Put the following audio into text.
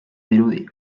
dirudi